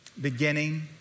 beginning